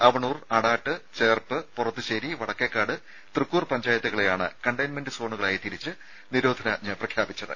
അവണൂർ അടാട്ട് ചേർപ്പ് പൊറത്തുശ്ശേരി വടക്കേക്കാട് തൃക്കൂർ പഞ്ചായത്തുകളെയാണ് കണ്ടെയ്മെന്റ് സോണുകളായി തിരിച്ച് നിരോധനാജ്ഞ പ്രഖ്യാപിച്ചത്